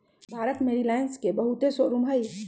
भारत में रिलाएंस के बहुते शोरूम हई